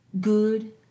good